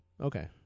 Okay